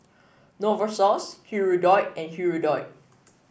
Novosource Hirudoid and Hirudoid